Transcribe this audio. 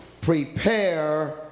prepare